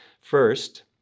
First